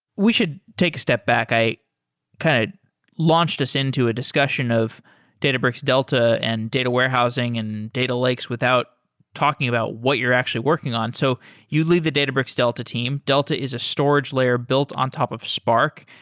we should take a step back. i kind of launched us into a discussion of databricks delta, and data warehousing, and data lakes without talking about what you're actually working on. so you lead the databricks delta team. delta is a storage layer built on top of spark.